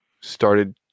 started